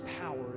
power